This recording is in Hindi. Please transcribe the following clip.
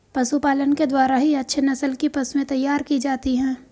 पशुपालन के द्वारा ही अच्छे नस्ल की पशुएं तैयार की जाती है